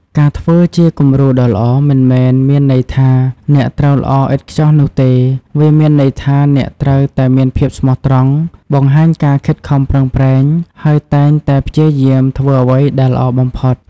ការធ្វើជាគំរូដ៏ល្អមិនមែនមានន័យថាអ្នកត្រូវល្អឥតខ្ចោះនោះទេ វាមានន័យថាអ្នកត្រូវតែមានភាពស្មោះត្រង់ បង្ហាញការខិតខំប្រឹងប្រែង ហើយតែងតែព្យាយាមធ្វើអ្វីដែលល្អបំផុត។